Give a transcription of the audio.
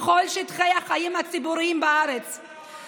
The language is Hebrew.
בכל שטחי החיים הציבוריים בארץ".